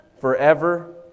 Forever